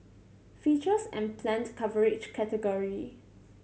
features and planned coverage category